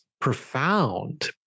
profound